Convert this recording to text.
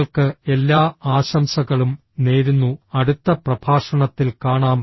നിങ്ങൾക്ക് എല്ലാ ആശംസകളും നേരുന്നു അടുത്ത പ്രഭാഷണത്തിൽ കാണാം